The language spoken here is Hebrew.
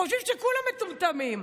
חושבים שכולם מטומטמים.